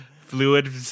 fluid